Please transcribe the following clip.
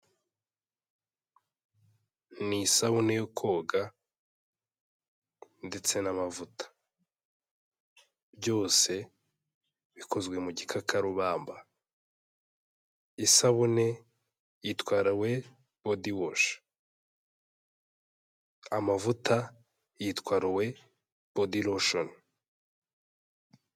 Ni isabune yo koga ndetse n'amavuta, byose bikozwe mu gikakarubamba, isabune yitwa rawe bodiwoshi, amavuta yitwa rowe bodiroshoni.